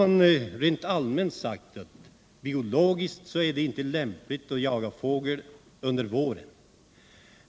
Man har rent allmänt sagt att biologiskt är det inte lämpligt att jaga fågel under våren.